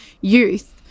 youth